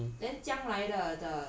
还是更大的数目 hor